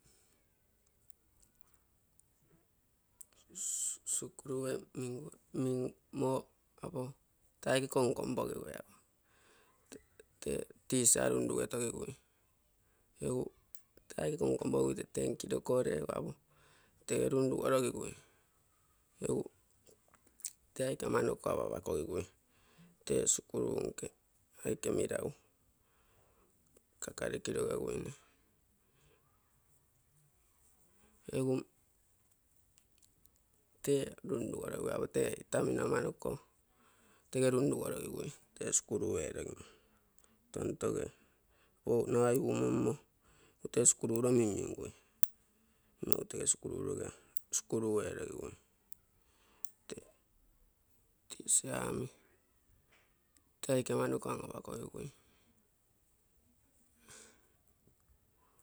Sikurue ee mimmo apo, tee aike konkonpogigui, tee tisa run-rugetogigui. Egu tee aike kon-konpogigui ten; kiloko regu apo, tege run-rogorogigui egu tee aike amanoke an-apakogigui apo, tee sikuru nke aike meragu, kakariki logeguine. Egu tege runrugo-rogigui apo tee itamino amanoko, tege runrugorogigui tee kul erogimo. Tontoge nagai umommo sikurue mimmimgui egu tege sikuru-roge sikuru rogigui. Tee tisa omi tee aike amanoko ang-apa-kogigui.